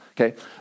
Okay